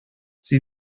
sie